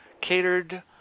catered